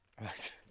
Right